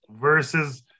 versus